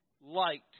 light